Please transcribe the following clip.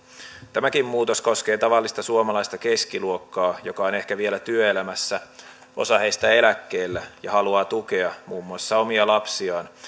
tämäkin muutos koskee tavallista suomalaista keskiluokkaa joka on ehkä vielä työelämässä osa heistä eläkkeellä ja haluaa tukea muun muassa omia lapsiaan